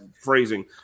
phrasing